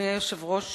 לוועדת החוקה,